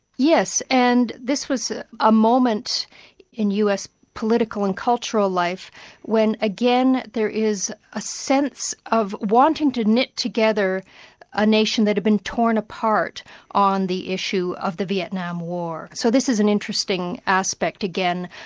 yes, and this was a moment in us political and cultural life when again there is a sense of wanting to knit together a nation that had been torn apart on the issue of the vietnam war, so this is an interesting aspect again,